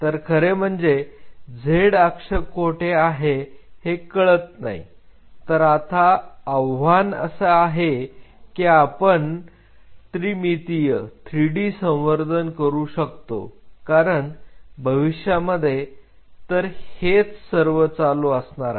तर खरे म्हणजे z अक्ष कोठे आहे हे कळत नाही तर आता आव्हान अशी आहे की आपण 3D संवर्धन करू शकतो कारण भविष्यामध्ये तर हेच सर्व चालू आहे